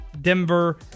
Denver